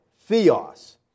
Theos